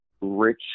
rich